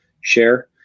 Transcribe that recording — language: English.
share